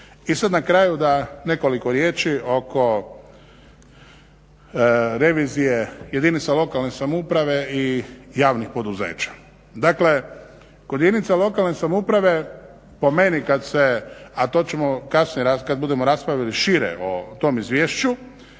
I sada na kraju nekoliko riječi oko revizije jedinica lokalne samouprave i javnih poduzeća. Dakle, kod jedinica lokalne samouprave po meni, a to ćemo kasnije kada budemo raspravljali šire o tom izvješću,